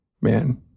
man